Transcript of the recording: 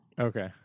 Okay